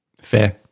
Fair